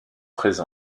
treize